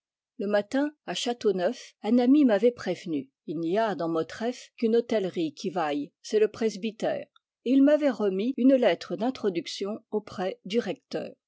le matin à châteauneuf un ami m'avait prévenu il n'y a dans motreff qu'une hôtellerie qui vaille c'est le presbytère et il m'avait remis une lettre d'introduction auprès du recteur